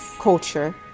culture